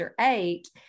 eight